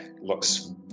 looks